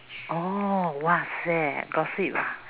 orh !wahseh! gossip ah